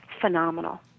phenomenal